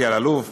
אלי אלאלוף,